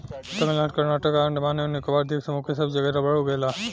तमिलनाडु कर्नाटक आ अंडमान एवं निकोबार द्वीप समूह सब जगे रबड़ उगेला